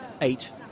eight